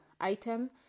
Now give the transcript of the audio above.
item